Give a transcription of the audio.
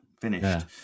finished